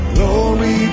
Glory